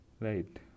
right